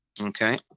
Okay